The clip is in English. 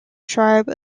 tribe